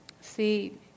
see